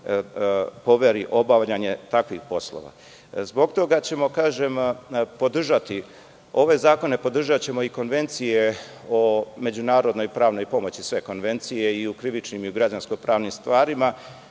poveri obavljanje takvih poslova. Zbog toga ćemo podržati ove zakone, a podržaćemo i konvencije o međunarodnoj pravnoj pomoći, sve konvencije i o krivičnim i o građansko-pravnim stvarima.